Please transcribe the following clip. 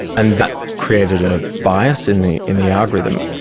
and that created a bias in the in the algorithm,